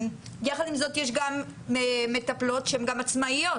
יחד עם זאת, יש גם מטפלות שהן גם עצמאיות.